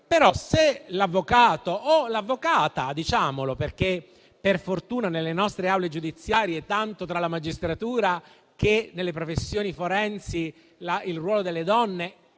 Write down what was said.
Però, se l'avvocato o l'avvocata - perché per fortuna nelle nostre aule giudiziarie, tanto tra la magistratura che nelle professioni forensi ci sono molte donne,